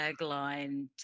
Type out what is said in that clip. tagline